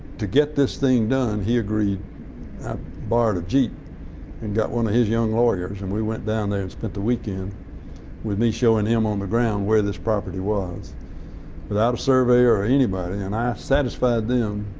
to get this thing done he agreed i borrowed a jeep and got one of his young lawyers and we went down there and spent the weekend with me showing him on the ground where this property was without a surveyor or anybody and i satisfied them